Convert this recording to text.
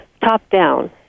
top-down